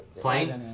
Plane